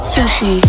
Sushi